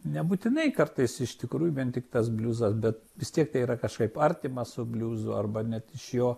nebūtinai kartais iš tikrųjų vien tik tas bliuzas bet vis tiek tai yra kažkaip artima su bliuzu arba net iš jo